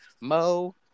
Mo